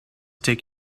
take